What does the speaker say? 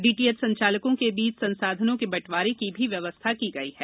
DTH संचालकों के बीच संसाधनों के बंटवारे की भी व्यवस्था की गई है